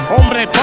Hombre